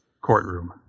courtroom